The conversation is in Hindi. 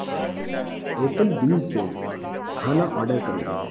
एपलबीज़ से खाना ऑर्डर करो